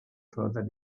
further